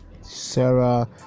Sarah